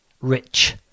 Rich